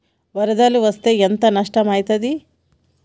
వరదలు వస్తే ఎంత నష్టం ఐతది?